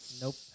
Nope